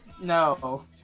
No